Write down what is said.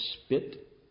spit